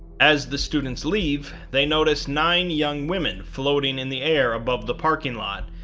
as the students leave, they notice nine young women floating in the air above the parking lot,